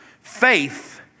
faith